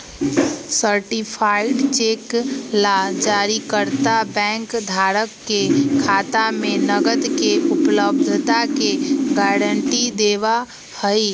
certified cheque ला जारीकर्ता bank धारक के खाता में नकद के उपलब्धता के गारंटी देवा हई